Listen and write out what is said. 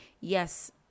yes